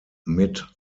mit